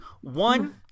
one